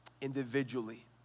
individually